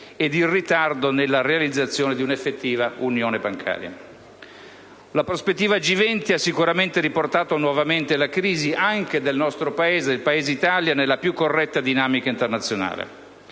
e il ritardo nella realizzazione di un'effettiva unione bancaria. La prospettiva G20 ha sicuramente riportato nuovamente la crisi dell'Italia nella più corretta dinamica internazionale.